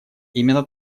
именно